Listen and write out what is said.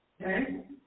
Okay